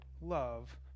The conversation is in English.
love